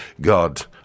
God